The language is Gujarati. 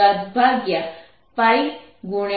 અહીં મોમેન્ટમ કેટલું હશે